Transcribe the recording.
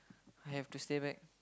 I have to stay back